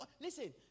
Listen